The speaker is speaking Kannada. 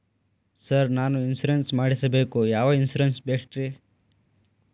ಸರ್ ನಾನು ಇನ್ಶೂರೆನ್ಸ್ ಮಾಡಿಸಬೇಕು ಯಾವ ಇನ್ಶೂರೆನ್ಸ್ ಬೆಸ್ಟ್ರಿ?